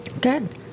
good